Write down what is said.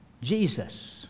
Jesus